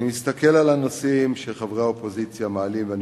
אני מסתכל על הנושאים שחברי האופוזיציה מעלים ואני